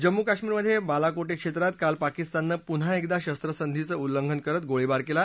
जम्मू कश्मीरमधे बालाकोटे क्षेत्रात काल पाकिस्ताननं पुन्हा एकदा शस्त्रसंधीचं उल्लंघन करत गोळीबार केला